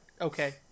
Okay